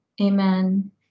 Amen